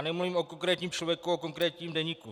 Nemluvím o konkrétním člověku, o konkrétním deníku.